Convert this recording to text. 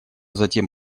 затем